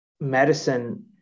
medicine